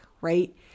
right